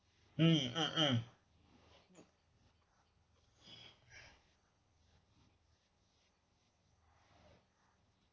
mm mm mm